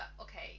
okay